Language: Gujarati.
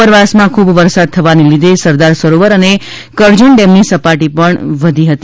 ઉપરવાસમાં ખૂબ વરસાદ થવાને લીધે સરદાર સરોવર અને કરજણ ડેમની સપાટી વધતી જાય છે